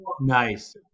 Nice